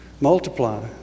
Multiply